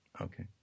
Okay